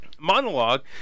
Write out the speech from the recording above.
monologue